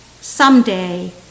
someday